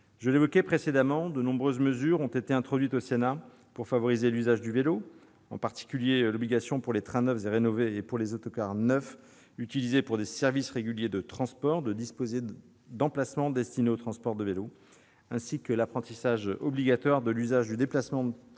Je l'évoquais précédemment : de nombreuses mesures ont été introduites au Sénat pour favoriser l'usage du vélo, en particulier l'obligation pour les trains neufs et rénovés et pour les autocars neufs utilisés pour des services réguliers de transport public de disposer d'emplacements destinés au transport de vélos, ainsi que l'apprentissage obligatoire du déplacement à vélo